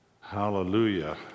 Hallelujah